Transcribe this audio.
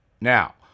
Now